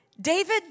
David